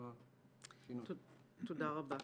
תודה רבה.